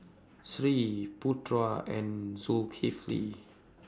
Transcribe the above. Sri Putra and Zulkifli